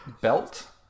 belt